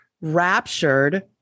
raptured